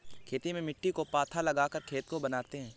खेती में मिट्टी को पाथा लगाकर खेत को बनाते हैं?